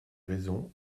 raisons